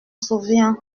souviens